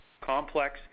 complex